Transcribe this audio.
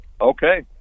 Okay